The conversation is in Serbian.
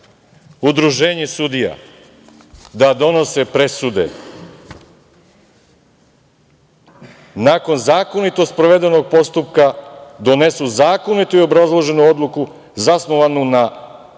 Udruženje sudija – da donose presude nakon zakonito sprovedenog postupka, donesu zakonitu i obrazloženu odluku zasnovanu na pravno